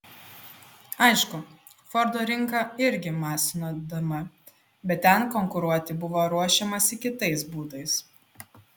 aišku fordo rinka irgi masino dm bet ten konkuruoti buvo ruošiamasi kitais būdais